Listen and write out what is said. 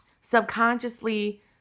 subconsciously